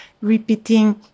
repeating